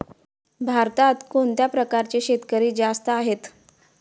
भारतात कोणत्या प्रकारचे शेतकरी जास्त आहेत?